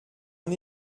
mon